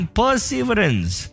perseverance